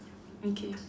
mm K